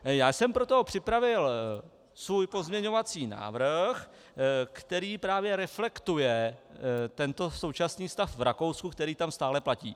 Já jsem proto připravil svůj pozměňovací návrh, který právě reflektuje tento současný stav v Rakousku, který tam stále platí.